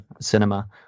cinema